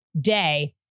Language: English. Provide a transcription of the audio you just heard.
day